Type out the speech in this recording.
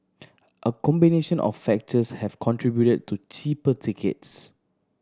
a combination of factors have contributed to cheaper tickets